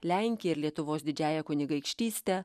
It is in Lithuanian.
lenkija ir lietuvos didžiąja kunigaikštyste